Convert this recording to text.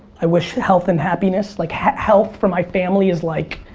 i wish health and happiness, like health for my family is like,